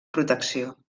protecció